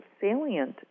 salient